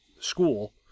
School